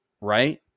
right